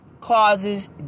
causes